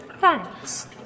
Thanks